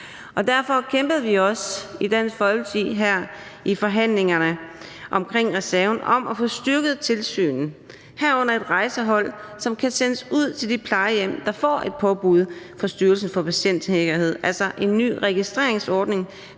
Dansk Folkeparti i forhandlingerne omkring reserven for at få styrket tilsynet, herunder for et rejsehold, som kan sendes ud til de plejehjem, der får et påbud fra Styrelsen for Patientsikkerhed, altså en ny registreringsordning